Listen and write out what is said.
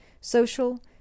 Social